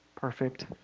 perfect